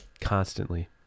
constantly